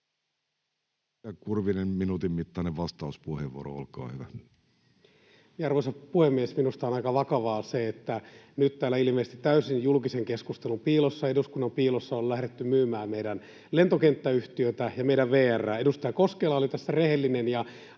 kolmanneksi lisätalousarvioksi Time: 17:26 Content: Arvoisa puhemies! Minusta on aika vakavaa se, että nyt täällä ilmeisesti täysin julkiselta keskustelulta piilossa, eduskunnan piilossa, on lähdetty myymään meidän lentokenttäyhtiötä ja meidän VR:ää. Edustaja Koskela oli tässä rehellinen ja